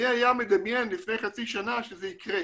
מי היה מדמיין לפני חצי שנה שזה יקרה.